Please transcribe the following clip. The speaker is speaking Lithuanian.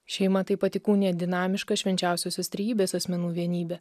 šeima taip pat įkūnija dinamišką švenčiausiosios trejybės asmenų vienybę